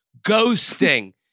ghosting